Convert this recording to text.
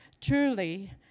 Truly